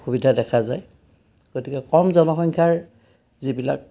সুবিধা দেখা যায় গতিকে কম জনসংখ্যাৰ যিবিলাক